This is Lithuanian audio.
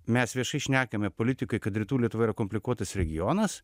mes viešai šnekame politikai kad rytų lietuva yra komplikuotas regionas